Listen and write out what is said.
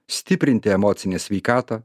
stiprinti emocinę sveikatą